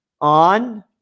on